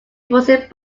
deposit